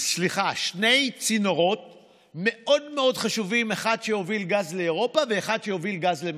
שני צינורות חשובים מאוד: אחד שיוביל גז לאירופה ואחד שיוביל גז למצרים.